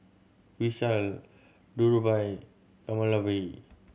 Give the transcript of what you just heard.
Vishal Dhirubhai Kamaladevi